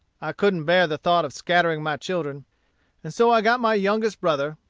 i couldn't bear the thought of scattering my children and so i got my youngest brother,